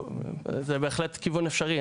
זה בהחלט כיוון אפשרי.